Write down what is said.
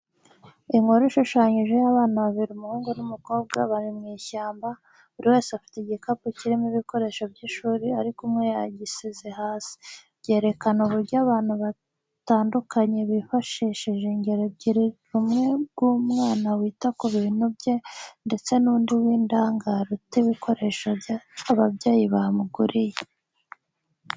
Inkuru ishushanyije y'abana babiri umuhungu n'umukobwa bari mu ishyamba, buri wese afite igikapu kirimo ibikoresho by'ishuri ariko umwe yagisize hasi. Byerakana uburyo abantu batandukanye bifashishije ingero ebyiri rumwe rw'umwana wita ku bintu bye ndetse n'undi w'indangare uta ibikoresho bye ababyeyi bamuguriye.